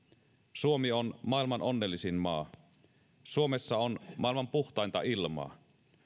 suomi on maailman onnellisin maa suomessa on maailman puhtainta ilmaa